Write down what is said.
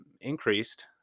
increased